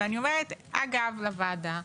ואני אומרת, אגב לוועדה,